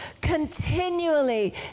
continually